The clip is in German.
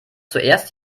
zuerst